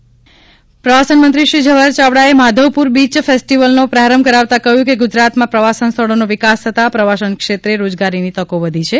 Madhavpur beach festival પ્રવાસનમંત્રી શ્રી જવાહર યાવડાએ Madhavpur beach ફેસ્ટીવલનો પ્રારંભ કરાવતાં કહ્યું છે કે ગુજરાતમાં પ્રવાસન સ્થળોનો વિકાસ થતાં પ્રવાસન ક્ષેત્રે રોજગારીની તકો વધી છે